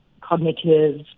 cognitive